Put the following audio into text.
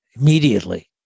immediately